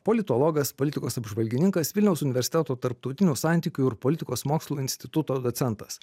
politologas politikos apžvalgininkas vilniaus universiteto tarptautinių santykių ir politikos mokslų instituto docentas